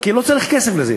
כי לא צריך כסף לזה.